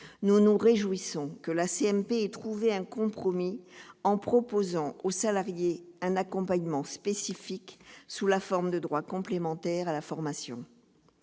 nous nous réjouissons qu'elle ait trouvé un compromis en proposant aux salariés un accompagnement spécifique sous la forme de droits complémentaires à la formation.